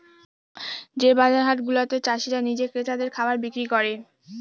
যে বাজার হাট গুলাতে চাষীরা নিজে ক্রেতাদের খাবার বিক্রি করে